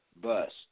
Bust